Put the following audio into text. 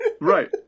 right